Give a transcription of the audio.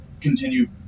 continue